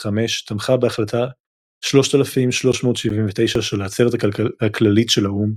ב-1975 תמכה בהחלטה 3379 של העצרת הכללית של האו"ם,